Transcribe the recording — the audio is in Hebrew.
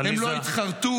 הם לא התחרטו.